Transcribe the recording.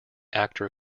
actor